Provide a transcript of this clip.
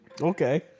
Okay